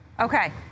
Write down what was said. Okay